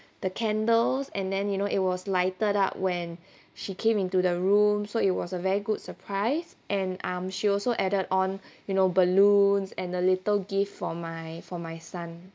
the candles and then you know it was lighted up when she came into the room so it was a very good surprise and um she also added on you know balloons and a little gift for my for my son